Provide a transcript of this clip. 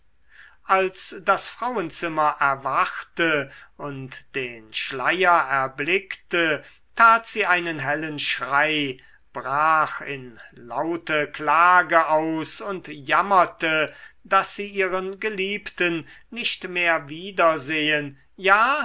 als das frauenzimmer erwachte und den schleier erblickte tat sie einen hellen schrei brach in laute klage aus und jammerte daß sie ihren geliebten nicht mehr wiedersehen ja